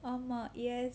ஆமா:aama years